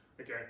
Okay